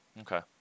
Okay